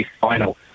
final